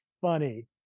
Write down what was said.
funny